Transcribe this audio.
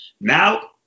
Now